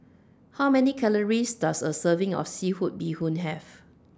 How Many Calories Does A Serving of Seafood Bee Hoon Have